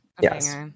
Yes